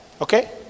okay